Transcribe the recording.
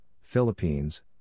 Philippines